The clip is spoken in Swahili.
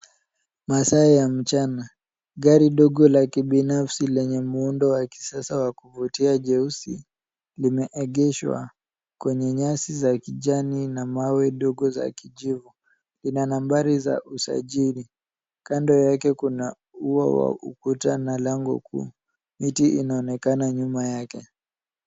Masaa ya mchana gari dogo la kibinafsi lenye muundo wa kisasa wa kuvutia jeusi limeegeshwa kwenye nyasi za kijani na mawe ndogo za kijivu. Lina nambari za usajili. Kando yake kuna ua wa ukuta na lango kuu. Miti inaonekana nyuma yake.